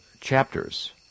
chapters